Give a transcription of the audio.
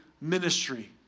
ministry